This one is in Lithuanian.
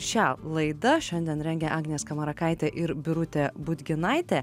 šią laida šiandien rengė agnė skamarakaitė ir birutė budginaitė